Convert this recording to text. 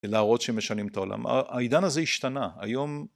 להראות שהם משנים את העולם העידן הזה השתנה היום